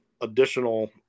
additional